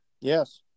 Yes